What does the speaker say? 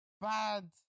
bad